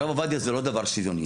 הרב עובדיה זה לא דבר שוויוני.